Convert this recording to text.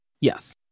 Yes